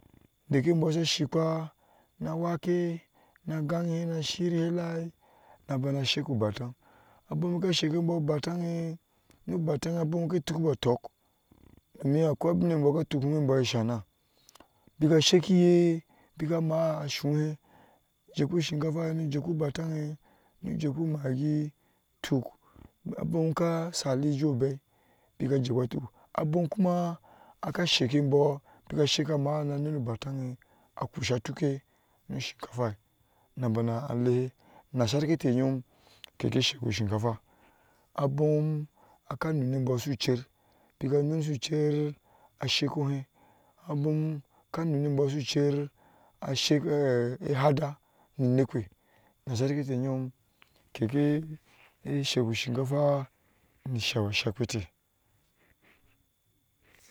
Diki bou sa shikwa a roake na ganhihɛ na shirhɛ alah na bana shiki ubatan abom ka schiki ibou ubataŋ ubataŋ ke tukubu atok domin akwa abi ibɔɔ ka tuk a sana beka shikihɛ be amaa asuhɛ asekoi shinkafa, na jekoi batan jekoi magi atuk abom ka sale jobe jakwa tuk kuma ka shike ibou nu bataŋ na kusa tuke ni shinkafa na bana a lehɛ nasarete yɔɔm keke shiki shinkafa abom ka nuni ibou su cher beka anu su cher ashike ohɛɛ abom ka nuni iboui sucher ashinka hada ninɛkpi yanda tɛɛyɔɔ keke shiku shin kafa ni shekpiteh.